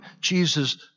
Jesus